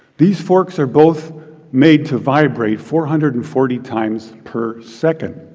these forks are both made to vibrate four hundred and forty times per second.